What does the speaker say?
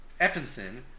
Eppinson